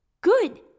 Good